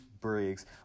Briggs